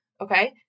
okay